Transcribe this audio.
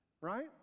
right